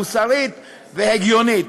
מוסרית והגיונית.